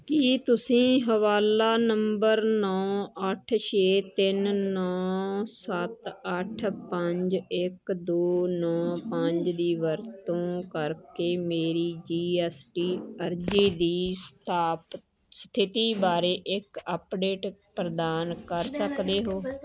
ਕੀ ਤੁਸੀਂ ਹਵਾਲਾ ਨੰਬਰ ਨੌਂ ਅੱਠ ਛੇ ਤਿੰਨ ਨੌਂ ਸੱਤ ਅੱਠ ਪੰਜ ਇੱਕ ਦੋ ਨੌਂ ਪੰਜ ਦੀ ਵਰਤੋਂ ਕਰਕੇ ਮੇਰੀ ਜੀ ਐੱਸ ਟੀ ਅਰਜ਼ੀ ਦੀ ਸਥਾਪ ਸਥਿਤੀ ਬਾਰੇ ਇੱਕ ਅਪਡੇਟ ਪ੍ਰਦਾਨ ਕਰ ਸਕਦੇ ਹੋ